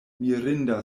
mirinda